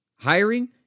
Hiring